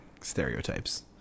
stereotypes